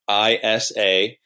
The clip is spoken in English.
ISA